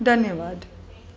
धन्यवादु